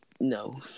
No